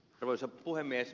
arvoisa puhemies